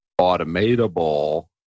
automatable